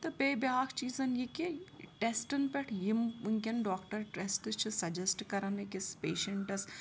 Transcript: تہٕ بیٚیہِ بیٛاکھ چیٖز یہِ کہِ ٹٮ۪سٹَن پٮ۪ٹھ یِم وٕنۍکٮ۪ن ڈاکٹر ٹرٛٮ۪سٹہٕ چھِ سَجَسٹ کَران أکِس پیشَنٛٹَس